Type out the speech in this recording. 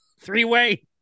three-way